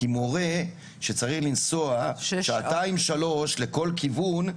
כי מורה שצריך לנסוע שעתיים שלוש לכל כיוון,